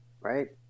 right